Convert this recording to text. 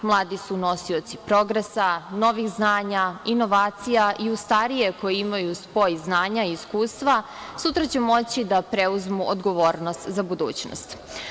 Mladi su nosioci progresa, novih znanja, inovacija i uz starije, koji imaju spoj znanja i iskustva, sutra će moći da preuzmu odgovornost za budućnost.